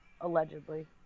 Allegedly